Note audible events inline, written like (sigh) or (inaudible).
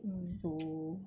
mm (noise)